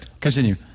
Continue